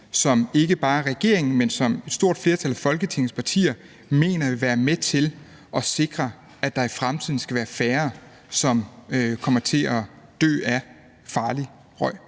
som ikke bare regeringen, men som også et stort flertal af Folketingets partier mener vil være med til at sikre, at der i fremtiden skal være færre, som kommer til at dø af farlig røg.